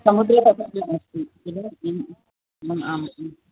समुद्रं कति दूरम् अस्ति आम्